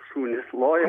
šunys loja